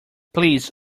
please